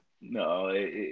No